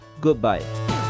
goodbye